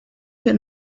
wird